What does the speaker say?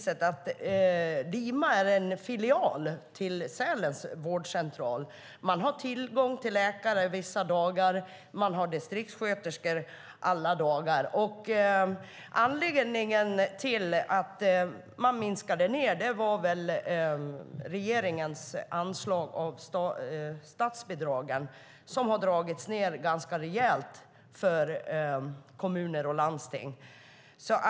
Lima är en filial till Sälens vårdcentral. Man har tillgång till läkare vissa dagar och distriktssköterskor alla dagar. Anledningen till att man minskat är regeringens anslag av statsbidrag, som har dragits ned ganska rejält för kommuner och landsting.